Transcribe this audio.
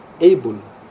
able